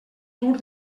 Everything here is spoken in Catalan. dur